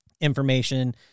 information